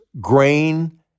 grain